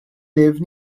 live